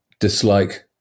Dislike